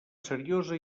seriosa